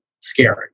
scary